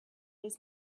his